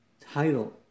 title